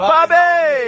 Bobby